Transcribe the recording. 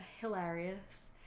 Hilarious